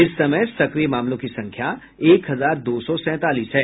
इस समय सक्रिय मामलों की संख्या एक हजार दो सौ सैंतालीस है